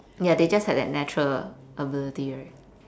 ya they just had natural ability right